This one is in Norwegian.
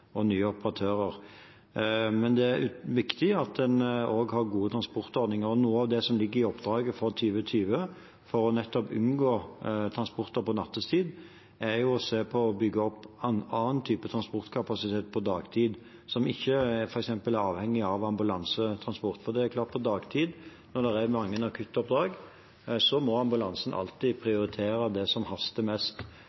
operatører. Men det er viktig at en også har gode transportordninger. Noe av det som ligger i oppdraget for 2020 for nettopp å unngå transporter på nattetid, er å se på det å bygge opp en annen type transportkapasitet på dagtid som ikke er avhengig av f.eks. ambulansetransport. For det er klart at på dagtid, når det er mange akuttoppdrag, må ambulansene alltid